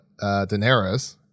Daenerys